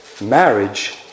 marriage